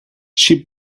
she